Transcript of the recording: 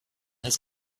his